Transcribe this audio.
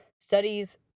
Studies